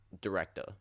director